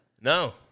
No